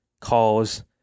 calls